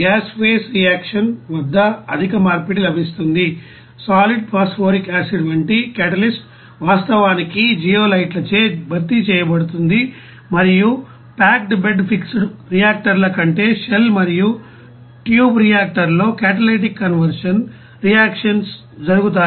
gas phase reactions వద్ద అధిక మార్పిడి లభిస్తుంది సాలిడ్ ఫాస్పోరిక్ ఆసిడ్ వంటి క్యాటలిస్ట్ వాస్తవానికి జియోలైట్లచే భర్తీ చేయబడుతుంది మరియు ప్యాక్డ్ బెడ్ ఫిక్స్డ్ రియాక్టర్ల కంటే షెల్ మరియు ట్యూబ్ రియాక్టర్లో క్యాటలిటిక్ కన్వర్షన్ రియాక్షన్స్ జరుగుతాయి